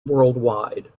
worldwide